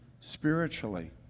spiritually